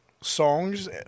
songs